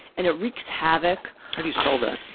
and it wreaks havoc. how do you spell that?